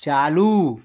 चालू